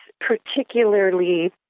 particularly